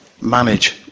manage